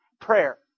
prayer